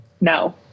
No